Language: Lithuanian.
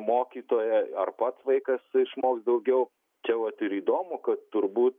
mokytoja ar pats vaikas išmoks daugiau čia vat ir įdomu kad turbūt